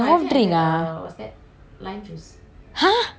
!huh! why cavern போய் தண்ணி வாங்காம:poi thanni vaangameh